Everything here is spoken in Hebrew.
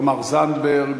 תמר זנדברג,